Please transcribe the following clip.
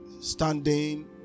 standing